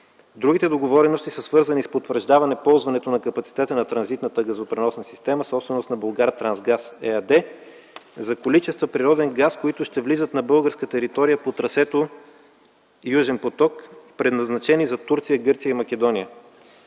Другите договорености са свързани с потвърждаване ползването капацитета на транзитната газопреносна система – собственост на „Булгартрансгаз” ЕАД, за количества природен газ, които ще влизат на българска територия по трасето „Южен поток”, предназначени за Турция, Гърция и Македония.